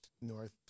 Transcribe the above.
North